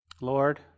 Lord